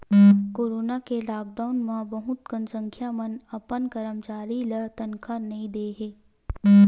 corona के lockdown म बहुत कन संस्था मन अपन करमचारी ल तनखा नइ दे हे